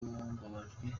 mbabajwe